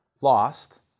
Lost